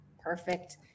Perfect